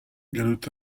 gallout